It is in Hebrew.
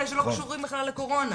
אלה שלא קשורים בכלל לקורונה.